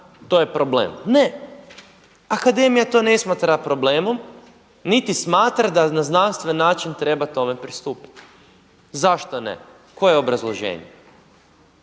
to je problem? Ne, akademija to ne smatra problemom, niti smatra da na znanstveni način treba tome pristupiti. Zašto ne, koje je obrazloženje?